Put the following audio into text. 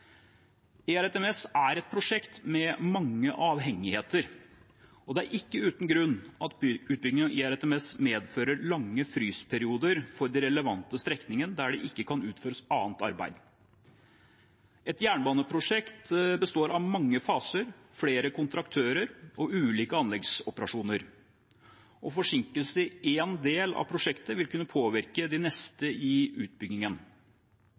er et prosjekt med mange avhengigheter, og det er ikke uten grunn at utbyggingen av ERTMS medfører lange frysperioder for den relevante strekningen der det ikke kan utføres annet arbeid. Et jernbaneprosjekt består av mange faser, flere kontraktører og ulike anleggsoperasjoner. Forsinkelse i en del av prosjektet vil kunne påvirke de neste i utbyggingen.